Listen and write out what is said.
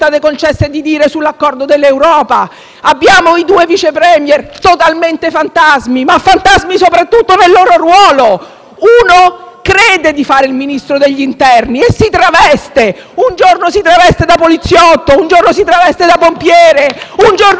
Abbiamo i due Vice *Premier* totalmente fantasmi, soprattutto nel loro ruolo. Uno crede di fare il Ministro dell'interno e si traveste: un giorno si traveste da poliziotto, un giorno da pompiere, un giorno da elicotterista*.